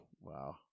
Wow